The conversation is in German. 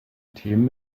themen